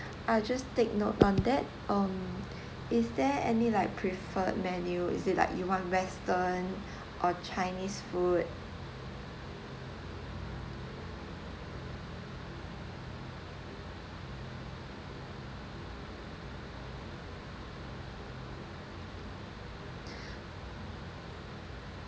I'll just take note on that um is there any like preferred menu is it like you want western or chinese food